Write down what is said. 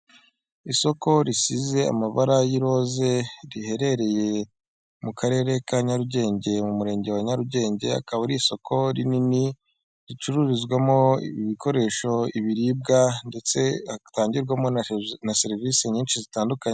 Isoko risize amabara y'iroze riherereye mu karere ka Nyarugenge, mu murenge wa Nyarugenge akaba ari isoko rinini ricururizwamo ibikoresho, ibiribwa ndetse hatangirwamo na serivisi nyinshi zitandukanye.